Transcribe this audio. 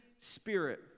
spirit